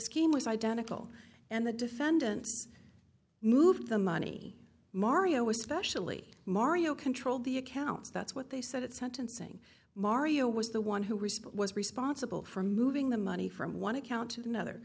scheme was identical and the defendant moved the money mario especially mario controlled the accounts that's what they said at sentencing mario was the one who we spoke was responsible for moving the money from one account to another